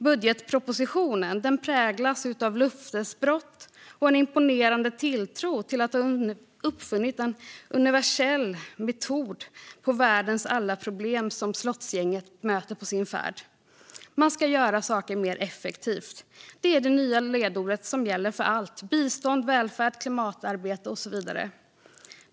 Budgetpropositionen präglas av löftesbrott och en imponerande tilltro till att ha uppfunnit en universell metod att komma till rätta med världens alla problem som slottsgänget möter på sin färd. Man ska göra saker mer effektivt. Det är det nya ledordet som gäller för allt: bistånd, välfärd, klimatarbete och så vidare.